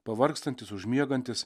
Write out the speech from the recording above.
pavargstantis užmiegantis